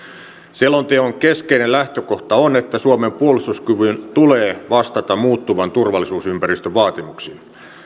selonteon keskeinen lähtökohta on että suomen puolustuskyvyn tulee vastata muuttuvan turvallisuusympäristön vaatimuksia